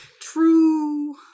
True